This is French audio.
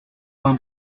pain